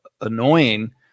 annoying